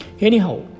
Anyhow